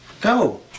go